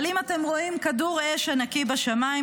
אבל אם אתם רואים כדור אש ענקי בשמיים,